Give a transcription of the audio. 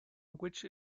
which